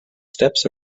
steps